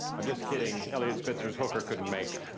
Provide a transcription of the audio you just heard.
i'm just kidding. eliot spitzer's hooker couldn't make it.